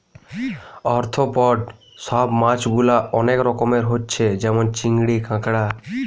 arthropod সব মাছ গুলা অনেক রকমের হচ্ছে যেমন চিংড়ি, কাঁকড়া